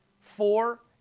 four